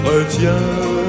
Retiens